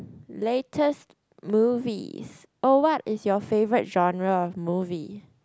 latest movies or what is your favourite of genres of movie